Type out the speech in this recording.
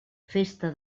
festa